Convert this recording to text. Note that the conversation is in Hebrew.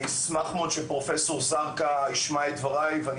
אני אשמח מאוד שפרופ' זרקא ישמע את דברי ואני